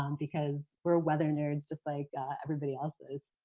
um because, we're weather nerds just like everybody else is.